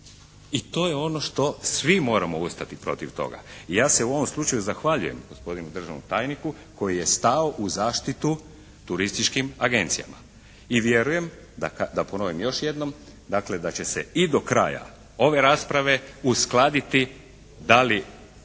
I to je ono što svi moramo ustati protiv toga. I ja se u ovom slučaju zahvaljujem gospodinu državnom tajniku koji je stao u zaštitu turističkim agencijama i vjerujem da ponovim još jednom dakle da će se i do kraja ove rasprave uskladiti da li